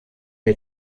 der